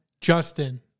Justin